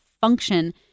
function